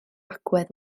agwedd